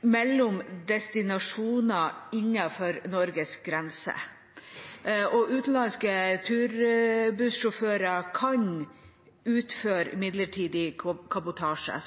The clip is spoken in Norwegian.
mellom destinasjoner innenfor Norges grenser. Utenlandske turbussjåfører kan slik utføre midlertidig kabotasje.